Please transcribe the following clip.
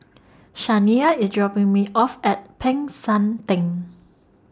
Shaniya IS dropping Me off At Peck San Theng